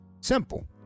simple